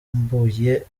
yambuye